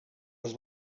els